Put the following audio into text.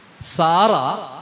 Sara